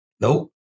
Nope